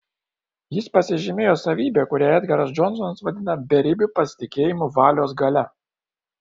jis pasižymėjo savybe kurią edgaras džonsonas vadina beribiu pasitikėjimu valios galia